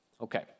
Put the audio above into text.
Okay